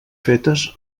fetes